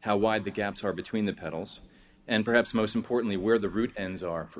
how wide the gaps are between the pedals and perhaps most importantly where the root ends are for